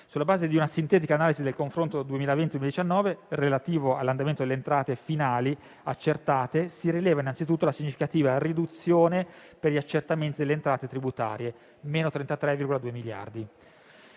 Sulla base di una sintetica analisi del confronto tra 2020 e 2019, relativo all'andamento delle entrate finali accertate, si rileva innanzitutto la significativa riduzione degli accertamenti delle entrate tributarie, pari a -33,2 miliardi